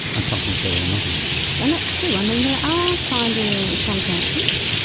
and something's better than nothing and that's true. i mean they are finding some cancers,